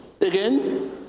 Again